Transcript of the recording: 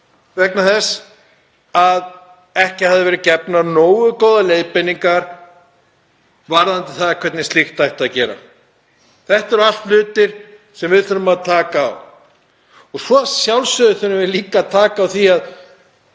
vegna þess að ekki höfðu verið gefnar nógu góðar leiðbeiningar um það hvernig gera ætti slíkt. Þetta eru allt hlutir sem við þurfum að taka á. Að sjálfsögðu þurfum við líka að taka á því að